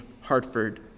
Hartford